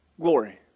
glory